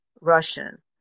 Russian